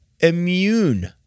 immune